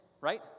right